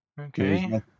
Okay